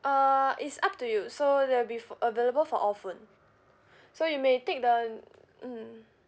uh it's up to you so there will be pho~ available for all phone so you may take the mm